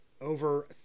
over